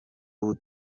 ubu